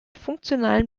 funktionalen